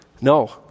No